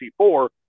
C4